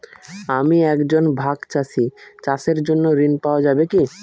আমি একজন ভাগ চাষি চাষের জন্য ঋণ পাওয়া যাবে কি?